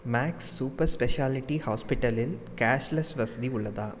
maths super speciality ஹாஸ்பிட்டலில் cashless வசதி உள்ளதா